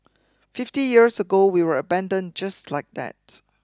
fifty years ago we were abandoned just like that